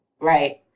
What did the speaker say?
Right